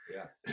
Yes